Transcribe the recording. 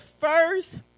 first